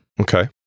Okay